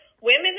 women